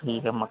ठीक आहे मग